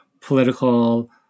political